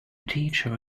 teacher